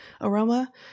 aroma